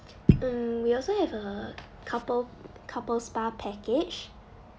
mm we also have a couple couple spa package